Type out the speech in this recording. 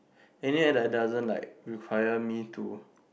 in the end that doesn't like require me to